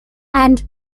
and